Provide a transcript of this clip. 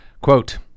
Quote